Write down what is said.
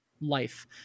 life